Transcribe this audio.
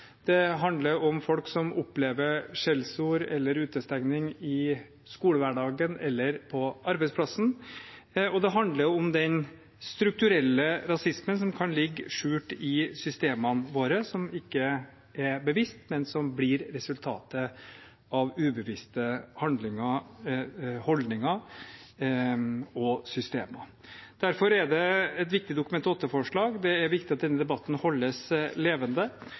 Det handler om folk som opplever skjellsord eller utestengning i skolehverdagen eller på arbeidsplassen. Det handler om den strukturelle rasismen som kan ligge skjult i systemene våre, som ikke er bevisst, men som blir resultatet av ubevisste handlinger, holdninger og systemer. Derfor er det et viktig Dokument 8-forslag. Det er viktig at denne debatten holdes levende,